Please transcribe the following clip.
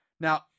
Now